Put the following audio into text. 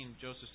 Joseph